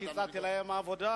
רק הצעתי להם עבודה,